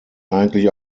eigentlich